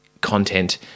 content